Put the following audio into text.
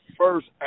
first